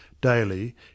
Daily